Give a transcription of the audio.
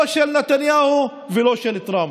לא של נתניהו ולא של טראמפ.